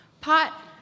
pot